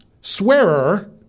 swearer